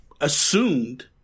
assumed